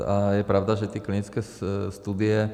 A je pravda, že klinické studie...